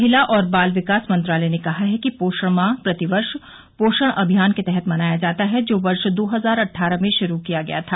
महिला और बाल विकास मंत्रालय ने कहाहै कि पोषण माह प्रतिवर्ष पोषण अभियान के तहत मनाया जाता है जो वर्ष दो हजार अट्ठारह में शुरू किया गया था